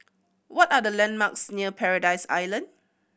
what are the landmarks near Paradise Island